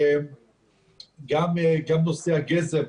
גם נושא הגזם.